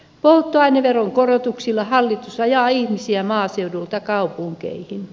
polttoaineveron korotuksilla hallitus ajaa ihmisiä maaseudulta kaupunkeihin